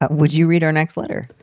but would you read our next letter?